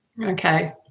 Okay